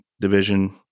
division